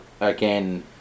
Again